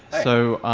so